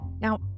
Now